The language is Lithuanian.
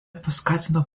paskatino